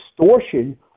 distortion